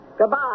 Goodbye